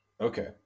Okay